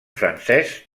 francès